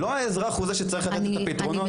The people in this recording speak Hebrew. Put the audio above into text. לא האזרח הוא זה שצריך לתת את הפתרונות --- אני